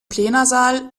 plenarsaal